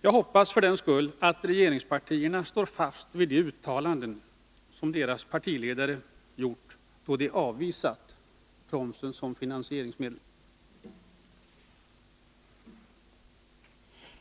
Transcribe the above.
Jag hoppas för den skull att regeringspartierna står fast vid de uttalanden som deras partiledare gjort då de avvisat promsen som finansieringsmedel.